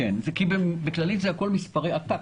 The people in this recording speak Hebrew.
הכול זה מספרי עתק.